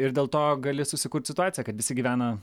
ir dėl to gali susikurti situaciją kad visi gyvena